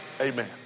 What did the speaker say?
Amen